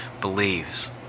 believes